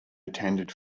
attended